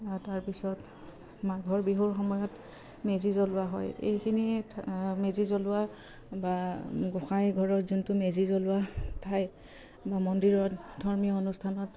তাৰপিছত মাঘৰ বিহুৰ সময়ত মেজি জ্বলোৱা হয় এইখিনিত মেজি জ্বলোৱা বা গোঁসাই ঘৰত যোনটো মেজি জ্বলোৱা ঠাই বা মন্দিৰত ধৰ্মীয় অনুষ্ঠানত